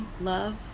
love